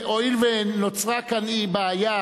הואיל ונוצרה כאן בעיה,